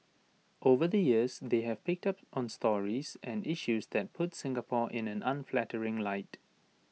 over the years they have picked up on stories and issues that puts Singapore in an unflattering light